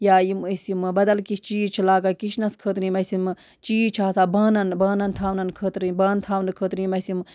یا یِم أسۍ یِم بَدَل کیٚنٛہہ چیٖز چھِ لاگان کِچنَس خٲطرٕ یِم اَسہِ یِم چیٖز چھِ آسان بانَن بانَن تھاونَن خٲطرٕ یِم بانہٕ تھاونہٕ خٲطرٕ یِم اَسہِ یِم